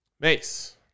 Mace